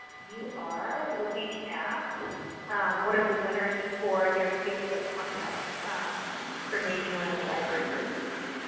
you are looking at one of the winners for their facebook contest for naming one of the library brews.